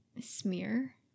smear